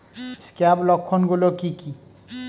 Scab লক্ষণ গুলো কি কি?